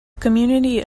community